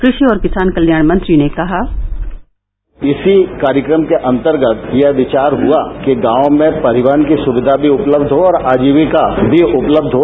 कृषि और किसान कल्याण मंत्री ने कहा इसी कार्यक्रम के अंतर्गत यह विचार हआ कि गांव में परिवहन की सुविधा भी उपलब्ध हो और अजीविका भी उपलब्ध हो